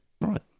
Right